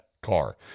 car